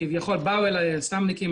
באו אלי יס"מינקיים,